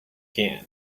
can